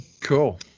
Cool